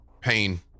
pain